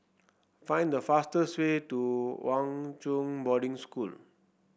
find the fastest way to Hwa Chong Boarding School